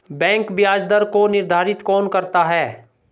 Bank ब्याज दर को निर्धारित कौन करता है?